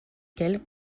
quel